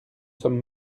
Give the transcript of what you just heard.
sommes